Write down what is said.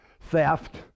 theft